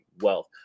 wealth